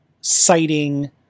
citing